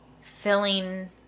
filling